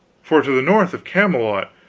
far to the north of camelot,